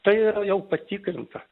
tai yra jau patikrinta